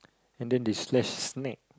and then they slash snack